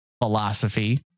Philosophy